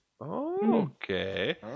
Okay